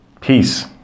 Peace